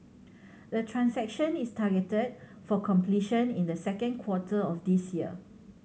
the transaction is targeted for completion in the second quarter of this year